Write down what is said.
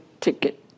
ticket